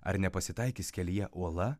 ar nepasitaikys kelyje uola